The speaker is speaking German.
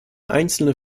einzelne